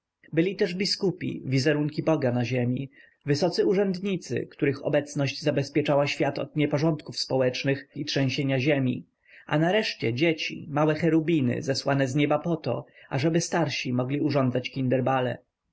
byli też biskupi wizerunki boga na ziemi wysocy urzędnicy których obecność zabezpieczała świat od nieporządków społecznych i trzęsienia ziemi a nareszcie dzieci małe cherubiny zesłane z nieba po to ażeby starsi mogli urządzać